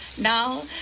Now